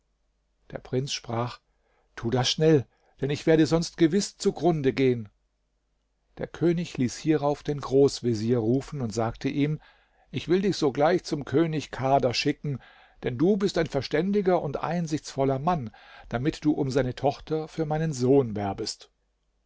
der prinz sprach tu das schnell denn ich werde sonst gewiß zugrunde gehen der könig ließ hierauf den großvezier rufen und sagte ihm ich will dich sogleich zum könig kader schicken denn du bist ein verständiger und einsichtsvoller mann damit du um seine tochter für meinen sohn werbest